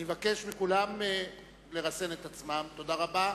אני מבקש מכולם לרסן את עצמם, תודה רבה.